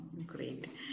Great